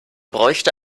bräuchte